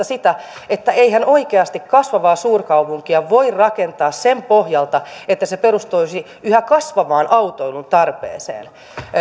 sitä että eihän oikeasti kasvavaa suurkaupunkia voi rakentaa sen pohjalta että se perustuisi yhä kasvavaan autoilun tarpeeseen